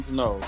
no